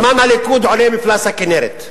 בזמן הליכוד עולה מפלס הכינרת,